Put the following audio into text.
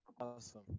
Awesome